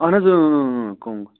اَہَن حظ کۄنٛگ